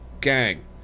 gang